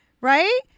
right